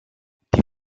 die